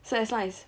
so as long as